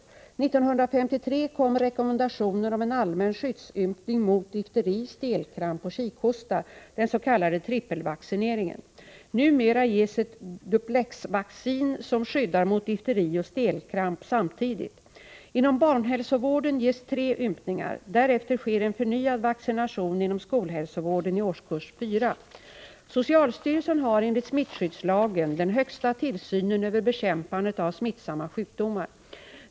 1953 kom rekommendationer om en allmän skyddsympning mot difteri, stelkramp och kikhosta, den s.k. trippelvaccineringen. Numera ges ett duplexvaccin som skyddar mot difteri och stelkramp samtidigt. Inom barnhälsovården ges tre ympningar. Därefter sker en förnyad vaccination inom skolhälsovården i årskurs 4. Socialstyrelsen har enligt smittskyddslagen den högsta tillsynen över bekämpandet av smittsamma sjukdomar.